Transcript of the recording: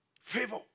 Favor